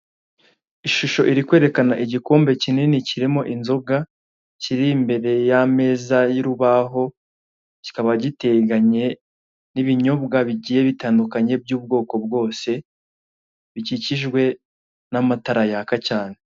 Ishusho iri kwerekana igikombe kinini kirimo inzoga, kiri imbere y'ameza y'urubaho, kikaba giteganye n'ibinyobwa bigiye bitandukanye by'ubwoko bwose bikikijwe n'amatara yaka cyane.